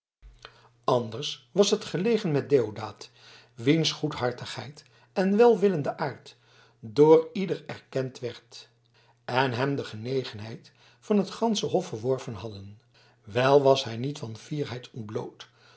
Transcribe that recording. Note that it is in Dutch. anders was het gelegen met deodaat wiens goedhartigheid en welwillende aard door ieder erkend werden en hem de genegenheid van het gansche hof verworven hadden wel was hij niet van fierheid ontbloot